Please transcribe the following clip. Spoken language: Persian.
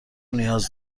نیاز